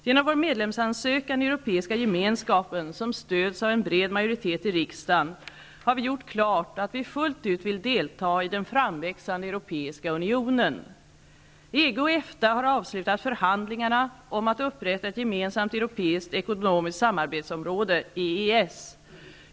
Genom vår medlemsansökan i Europeiska gemenskapen, som stöds av en bred majoritet i riksdagen, har vi gjort klart att vi fullt ut vill delta i den framväxande Europeiska unionen. EG och EFTA har avslutat förhandlingarna om att upprätta ett gemensamt europeiskt ekonomiskt samarbetsområde, EES.